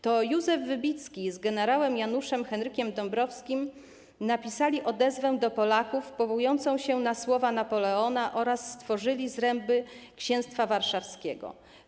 To Józef Wybicki z gen. Janem Henrykiem Dąbrowskim napisali odezwę do Polaków powołującą się na słowa Napoleona oraz stworzyli zręby Księstwa Warszawskiego.